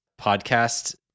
podcast